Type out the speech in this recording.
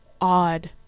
odd